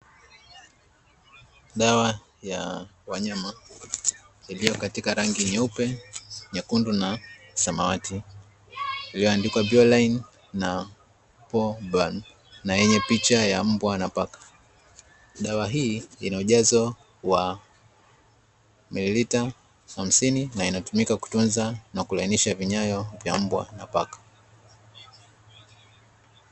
Dawa ya wanyama iliyo katika rangi nyeupe, nyekundu na samawati iliyoandikwa. Viewerline na Pollburn" na yenye picha ya mbwa na paka, dawa hii ina ujazo wa mililita hamsini na inatumika kutunza na kulainisha kwato za mbwa na paka.